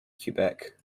quebec